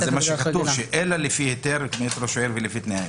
אבל כתוב "אלא לפי היתר מאת ראש העיר ולפי תנאי...".